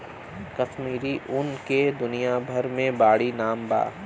कश्मीरी ऊन के दुनिया भर मे बाड़ी नाम बा